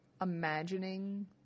imagining